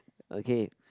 okay